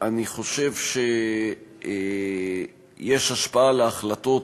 אני חושב שיש השפעה להחלטות